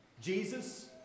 Jesus